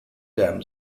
dam